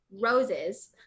roses